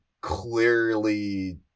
clearly